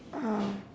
um